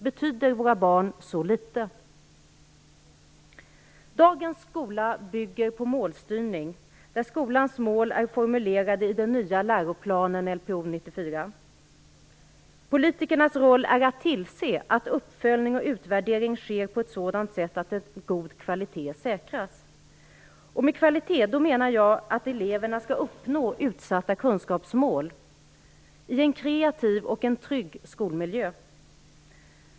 Betyder våra barn så litet? Dagens skola bygger på målstyrning, där skolans mål är formulerade i den nya läroplanen Lpo 94. Politikernas roll är att tillse att uppföljning och utvärdering sker på ett sådant sätt att en god kvalitet säkras. Med kvalitet menar jag att eleverna skall uppnå utsatta kunskapsmål i en kreativ och trygg skolmiljö.